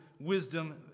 wisdom